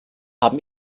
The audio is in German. haben